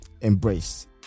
embrace